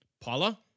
Paula